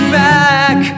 back